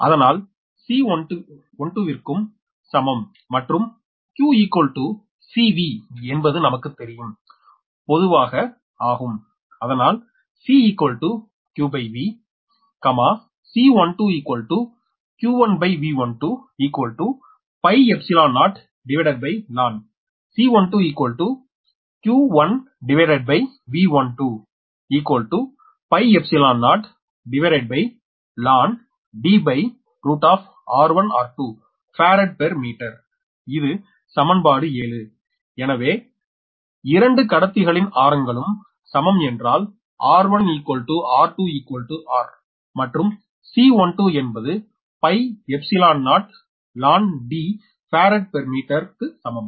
அதனால் C12 ற்கு சமம் மற்றும் q C V என்பது நமக்கு தெரியும் பொதுவாக ஆகும் அதனால் 𝐶qV 𝐶12 q1V120ln 𝐶12 q1V120lnDr1r2 farad per metre இது சமன்பாடு 7 எனவே இரண்டு கடத்திகளின் ஆரங்களும் சமம் என்றால் 𝑟1𝑟2r மற்றும் 𝐶12 என்பது 𝜋0ln Dபாராட் பெர் மீட்டர் ற்கு சமம்